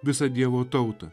visą dievo tautą